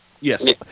Yes